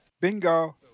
bingo